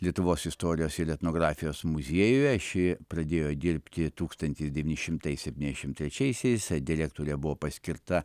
lietuvos istorijos ir etnografijos muziejuje ši pradėjo dirbti tūkstantis devyni šimtai septyniasdešimt trečiaisiais direktore buvo paskirta